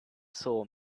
saw